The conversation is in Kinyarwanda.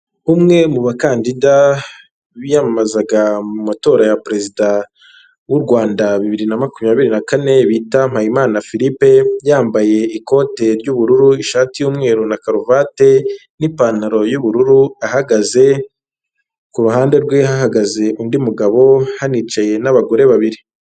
Umwe mu bakandida biyamamazaga mu matora ya perezida w'u Rwanda, bibiri na makumyabiri na kane bita Mpayimana Filipe, yambaye ikote ry'ubururu, ishati y'umweru, na karuvati, n'ipantaro y'ubururu ahagaze, ku ruhande rwe hahagaze undi mugabo hanicaye n'abagore babiri.